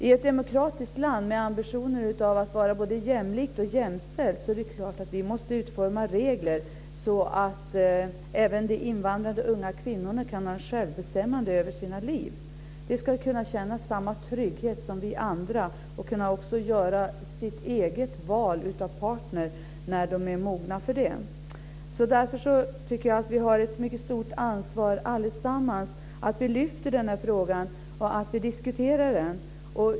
I ett demokratiskt land med ambitioner att vara både jämlikt och jämställt är det klart att vi måste utforma regler så att även de invandrade unga kvinnorna kan ha ett självbestämmande över sina liv. De ska kunna känna samma trygghet som vi andra och kunna göra sitt eget val av partner när de är mogna för det. Därför tycker jag att vi allesammans har ett mycket stort ansvar att diskutera denna fråga.